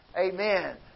Amen